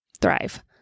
thrive